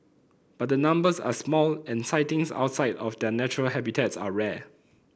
but the numbers are small and sightings outside of their natural habitats are rare